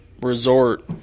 resort